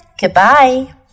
goodbye